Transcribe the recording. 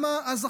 אז למה עכשיו?